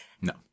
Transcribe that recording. no